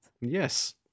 yes